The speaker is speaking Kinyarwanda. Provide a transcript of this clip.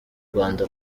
rwanda